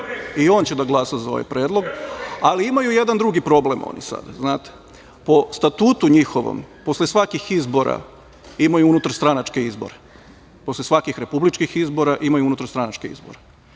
i on da glasa za ovaj predlog, ali imaju jedan drugi problem oni. Po statutu njihovom, posle svakih izbora imaju unutarstranačke izbore. Posle svakih republičkih izbora imaju unutarstranačke izbore.